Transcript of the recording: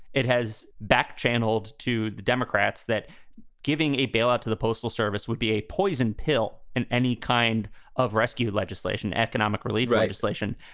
it has back channeled to the democrats that giving a bailout to the postal service would be a poison pill in any kind of rescue legislation, economic relief, registration.